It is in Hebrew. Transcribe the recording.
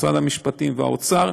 משרד המשפטים והאוצר,